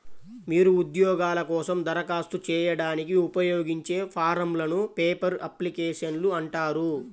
మీరు ఉద్యోగాల కోసం దరఖాస్తు చేయడానికి ఉపయోగించే ఫారమ్లను పేపర్ అప్లికేషన్లు అంటారు